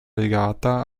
legata